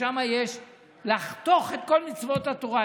ששם יש לחתוך את כל מצוות התורה,